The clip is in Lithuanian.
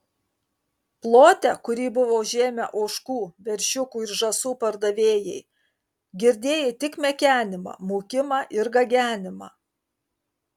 plote kurį buvo užėmę ožkų veršiukų ir žąsų pardavėjai girdėjai tik mekenimą mūkimą ir gagenimą